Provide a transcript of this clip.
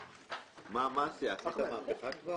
אני צריך לקיים את הדיון עם חברי הוועדה.